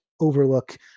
overlook